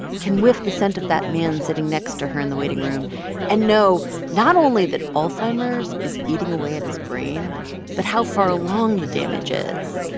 can whiff the scent of that man sitting next to her in the waiting room and know not only that alzheimer's is eating away at his brain but how far along the damage is.